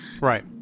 Right